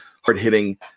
hard-hitting